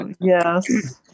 Yes